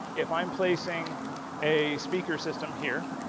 if i'm placing a speaker system here,